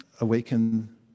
awaken